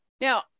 Now